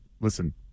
listen